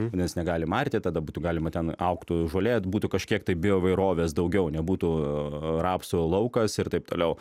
nes negalim arti tada būtų galima ten augtų žolė būtų kažkiek tai bioįvairovės daugiau nebūtų rapsų laukas ir taip toliau